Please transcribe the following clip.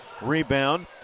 rebound